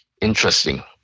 interesting